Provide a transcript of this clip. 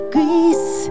Grease